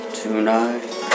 tonight